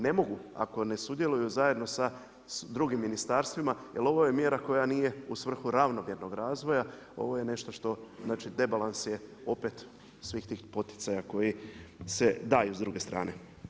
Ne mogu ako ne sudjeluju zajedno sa drugim ministarstvima jer ovo je mjera koja nije u svrhu ravnomjernog razvoja, ovo je nešto što znači debalans je opet svih tih poticaja koji se daju s druge strane.